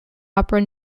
opera